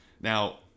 Now